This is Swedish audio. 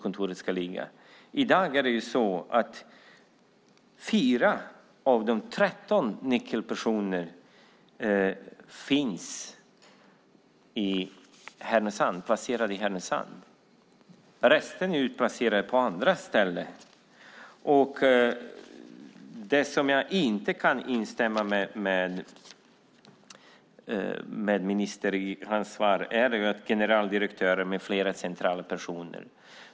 Resten är utplacerade på andra ställen, trots regeringsbeslutet, där det står klart och tydligt var huvudkontoret ska ligga. Det i ministerns svar som jag inte kan instämma i gäller generaldirektören med flera centrala personer.